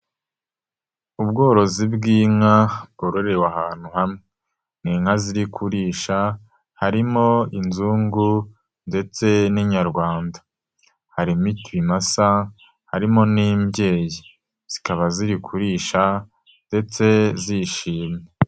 Ubworozi bw'inka bwororewe ahantu hamwe ni inka ziri kurisha harimo inzungu ndetse n'inyarwanda, harimo ikimasa harimo n'imbyeyi, zikaba ziri kurisha ndetse zishimye.